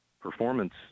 performance